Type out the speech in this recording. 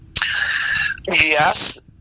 yes